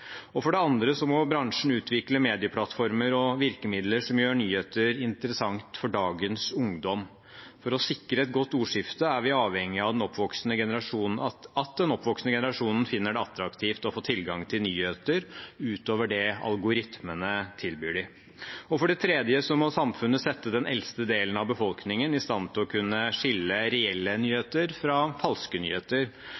her. For det andre må bransjen utvikle medieplattformer og virkemidler som gjør nyheter interessant for dagens ungdom. For å sikre et godt ordskifte er vi avhengige av at den oppvoksende generasjonen finner det attraktivt å få tilgang til nyheter, utover det algoritmene tilbyr dem. For det tredje må samfunnet sette den eldste delen av befolkningen i stand til å kunne skille reelle